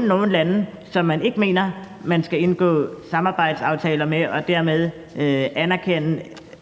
nogle lande, som man ikke mener at man skal indgå samarbejdsaftaler med og dermed anerkende